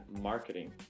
marketing